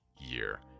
year